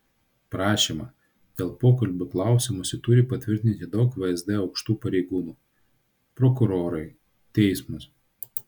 prašymą dėl pokalbių klausymosi turi patvirtinti daug vsd aukštų pareigūnų prokurorai teismas